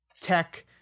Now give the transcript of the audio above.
tech